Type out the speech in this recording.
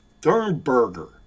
Thurnberger